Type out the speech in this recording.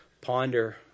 ponder